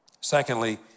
Secondly